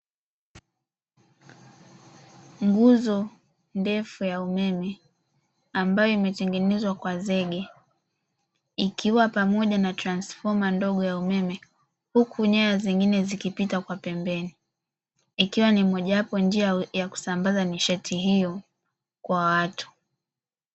Nguzo ndefu ya umeme ambayo imetengenezwa kwa zege ikiwa pamoja na transifoma ndogo ya umeme, huku nyaya zingine zikipita kwa pembeni ikiwa moja wapo njia ya kusambaza nishati hiyo kwa watu.